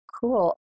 Cool